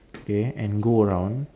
okay and go around